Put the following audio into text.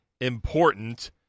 important